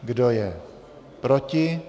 Kdo je proti?